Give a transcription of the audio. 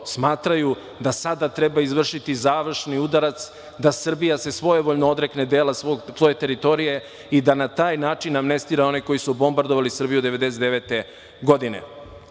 smatraju da sada treba izvršiti završni udarac da Srbija se svojevoljno odrekne svoje teritorije i da na taj način amnestira one koji su bombardovali Srbiju 1999.